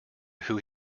who